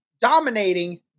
dominating